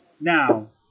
Now